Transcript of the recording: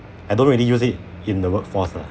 I don't really use it in the workforce lah